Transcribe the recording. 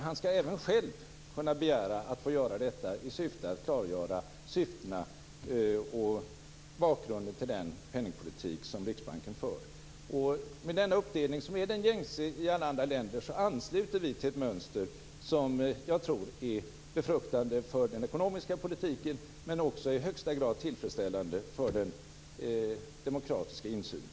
Han skall dessutom själv kunna begära att få göra detta i syfte att klargöra syftena med och bakgrunden till den penningpolitik som Med denna uppdelning, som är den gängse i andra länder, ansluter vi oss till ett mönster som jag tror är befruktande för den ekonomiska politiken men också i högsta grad tillfredsställande för den demokratiska insynen.